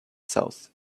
south